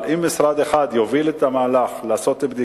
אבל אם משרד אחד יוביל את המהלך של בדיקה,